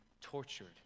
tortured